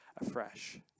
afresh